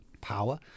power